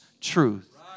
truth